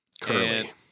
Curly